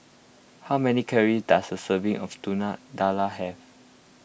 how many calories does a serving of Telur Dadah have